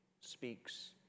speaks